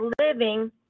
Living